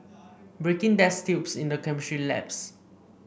breaking test tubes in the chemistry labs